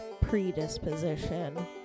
predisposition